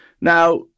Now